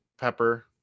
pepper